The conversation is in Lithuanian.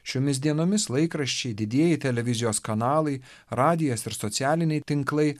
šiomis dienomis laikraščiai didieji televizijos kanalai radijas ir socialiniai tinklai